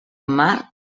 mar